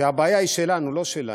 שהבעיה היא שלנו, לא שלהם.